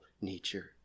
nature